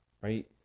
right